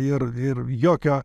ir ir jokio